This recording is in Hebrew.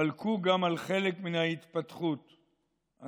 חלקו גם על חלק מן ההתפתחות הטכנולוגית,